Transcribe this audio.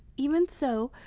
even so,